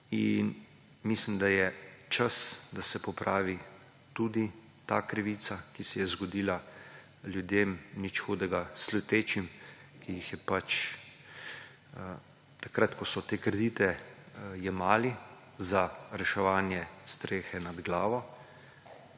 Mislim, da je čas, da se popravi tudi ta krivica, ki se je zgodila ljudem, nič hudega slutečim, ki jih je pač, takrat, ko so te kredite jemali za reševanje strehe nad glavo